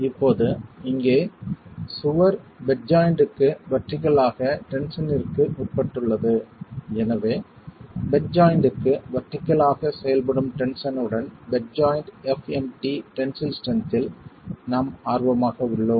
இப்போது இங்கே சுவர் பெட் ஜாய்ண்ட்க்கு வெர்டிகள் ஆக டென்சனிற்கு உட்பட்டுள்ளது எனவே பெட் ஜாய்ண்ட்க்கு வெர்டிகள் ஆக செயல்படும் டென்ஷன் உடன் bed joint fmt tensile strength இல் நாம்ஆர்வமாக உள்ளோம்